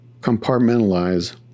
compartmentalize